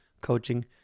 coaching